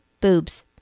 boobs